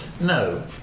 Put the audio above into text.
No